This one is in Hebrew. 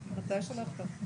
הנושא המרכזי של העשייה שלנו זה